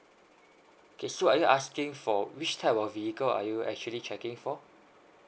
okay so are you asking for which type of vehicle are you actually checking for